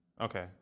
Okay